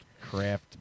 craft